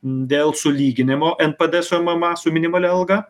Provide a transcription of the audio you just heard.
dėl sulyginimo npd su mma su minimalia alga